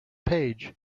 page